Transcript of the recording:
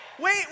Wait